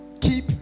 keep